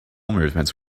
movements